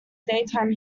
daytime